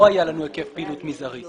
לא היה לנו היקף פעילות מזערי.